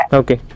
okay